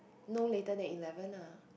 no later than eleven ah